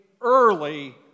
early